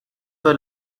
were